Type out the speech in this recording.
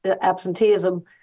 absenteeism